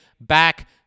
back